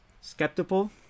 skeptical